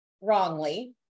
wrongly